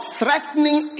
threatening